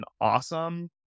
awesome